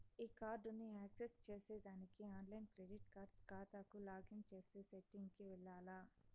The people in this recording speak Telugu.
ఈ కార్డుని యాక్సెస్ చేసేదానికి ఆన్లైన్ క్రెడిట్ కార్డు కాతాకు లాగిన్ చేసే సెట్టింగ్ కి వెల్లాల్ల